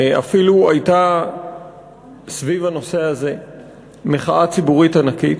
אפילו הייתה סביב הנושא הזה מחאה ציבורית ענקית,